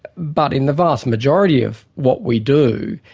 but in the vast majority of what we do,